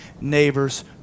neighbors